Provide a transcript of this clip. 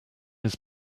his